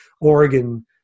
Oregon